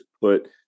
put